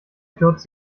kurz